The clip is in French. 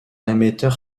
émetteur